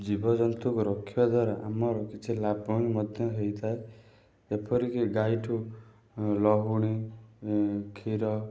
ଜୀବଜନ୍ତୁଙ୍କର ରଖିବା ଦ୍ଵାରା ଆମର କିଛି ଲାଭ ହିଁ ମଧ୍ୟ ହେଇଥାଏ ଏପରିକି ଗାଈଠୁ ଲହୁଣୀ କ୍ଷୀର